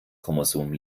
chromosom